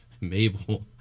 Mabel